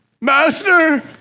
master